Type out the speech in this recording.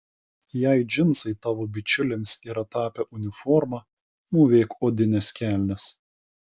jei džinsai tavo bičiulėms yra tapę uniforma mūvėk odines kelnes